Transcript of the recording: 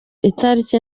itariki